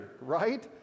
right